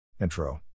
Intro